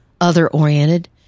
Other-oriented